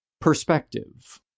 Perspective